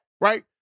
right